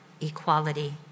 equality